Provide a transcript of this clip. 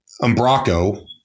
Umbraco